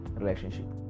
relationship